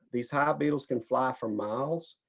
these hive beetles can fly for miles.